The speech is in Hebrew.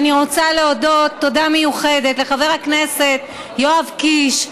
ואני רוצה להודות תודה מיוחדת לחבר הכנסת יואב קיש,